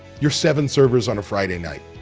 your seven servers on a friday night.